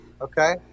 Okay